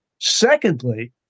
Secondly